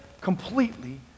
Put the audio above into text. completely